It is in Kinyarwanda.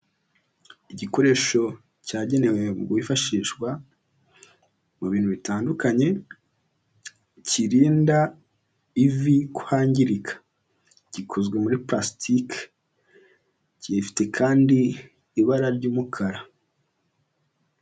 Igikoresho cyagenewe kwifashishwa mu bintu bitandukanye, kirinda ivi kwangirika gikozwe muri pulasitiki, gifite kandi ibara ry'umukara.